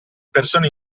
persone